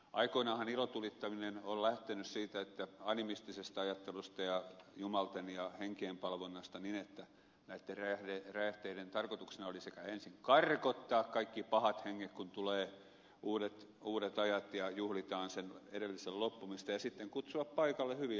aikoinaanhan ilotulittaminen on lähtenyt siitä animistisesta ajattelusta ja jumalten ja henkien palvonnasta niin että näitten räjähteiden tarkoituksena oli ensin karkottaa kaikki pahat henget kun tulee uudet ajat ja juhlitaan sen edellisen loppumista ja sitten kutsua paikalle hyviä henkiä